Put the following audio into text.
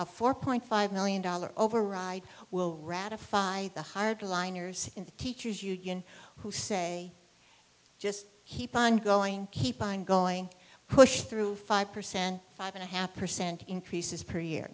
a four point five million dollar override will ratify the hardliners in the teachers union who say just keep on going keep on going push through five percent five and a half percent increases per year